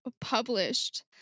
published